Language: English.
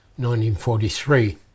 1943